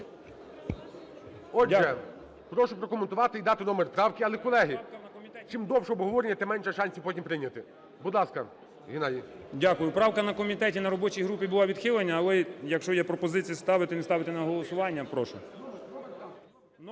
Отже, прошу прокоментувати і дати номер правки. Але, колеги, чим довше обговорення, тим менше шансів потім прийняти. Будь ласка, Геннадій. 10:46:15 КРИВОШЕЯ Г.Г. Дякую. Правка на комітеті, на робочій групі була відхилена, але, якщо є пропозиція ставити, не ставити на голосування – прошу.